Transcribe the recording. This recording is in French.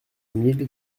mille